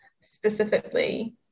specifically